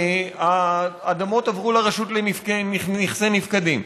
והאדמות עברו לרשות לנכסי נפקדים,